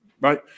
Right